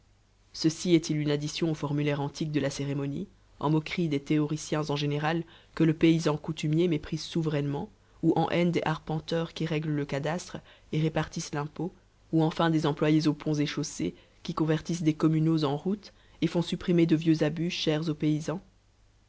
ceci est-il une addition au formulaire antique de la cérémonie en moquerie des théoriciens en général que le paysan coutumier méprise souverainement ou en haine des arpenteurs qui règlent le cadastre et répartissent l'impôt ou enfin des employés aux ponts et chaussées qui convertissent des communaux en routes et font supprimer de vieux abus chers au paysan